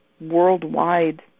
worldwide